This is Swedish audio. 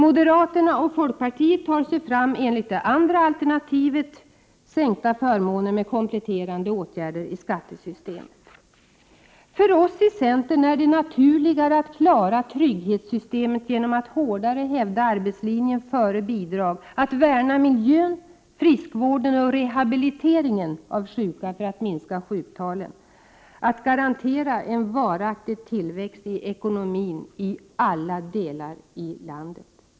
Moderaterna och folkpartiet tar sig fram enligt det andra alternativet — minskade förmåner med kompletterande åtgärder i skattesystemet. För oss i centern är det naturligare att klara trygghetssystemet genom att hårdare hävda arbetslinjen före bidrag, genom att värna miljön, friskvården och rehabiliteringen av sjuka för att minska sjuktalen och genom att garantera en varaktig tillväxt i ekonomin i alla delar av landet.